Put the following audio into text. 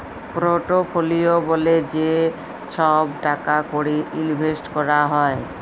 portfolio ব্যলে যে ছহব টাকা কড়ি ইলভেসট ক্যরা হ্যয়